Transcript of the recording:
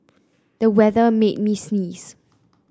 the weather made me sneeze